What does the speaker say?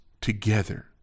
together